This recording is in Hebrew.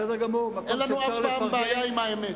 אין לנו אף פעם בעיה עם האמת.